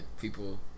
people